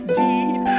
deed